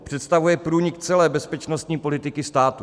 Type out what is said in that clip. Představuje průnik celé bezpečnostní politiky státu.